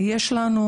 יש לנו,